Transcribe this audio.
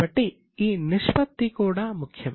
కాబట్టి ఈ నిష్పత్తి కూడా ముఖ్యం